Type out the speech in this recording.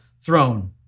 throne